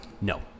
no